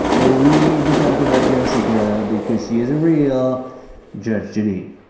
ah we need to talk about jessica because she's a real judge jeanine.